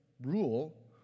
rule